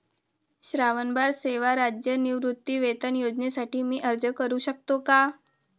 श्रावणबाळ सेवा राज्य निवृत्तीवेतन योजनेसाठी मी अर्ज करू शकतो का?